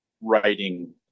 writing